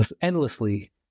endlessly